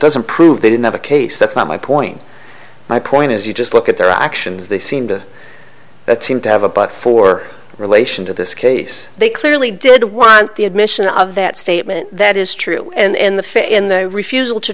doesn't prove they didn't have a case that's not my point my point is you just look at their actions they seem to that seem to have a book for relation to this case they clearly did want the admission of that statement that is true and the faith in their refusal to